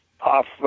off